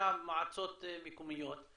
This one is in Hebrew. מועצות מקומיות,